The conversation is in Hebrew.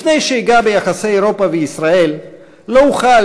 לפני שאגע ביחסי אירופה וישראל לא אוכל